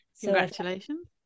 Congratulations